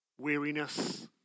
weariness